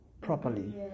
properly